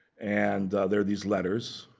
and there are these letters.